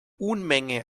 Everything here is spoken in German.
unmenge